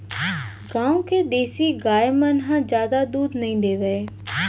गॉँव के देसी गाय मन ह जादा दूद नइ देवय